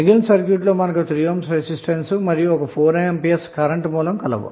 మిగిలిన సర్క్యూట్ లో మనకు 3ohm రెసిస్టెన్స్ మరియు 4 A కరెంటు సోర్స్ కలవు